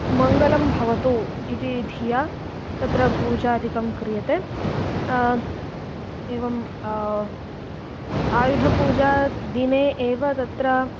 मङ्गलं भवतु इति धिया तत्र पूजादिकं क्रियते एवम् आयुधपूजादिने एव तत्र